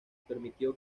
permitió